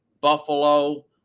Buffalo